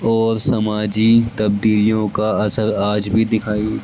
اور سماجی تبدیلیوں کا اثر آج بھی دکھائی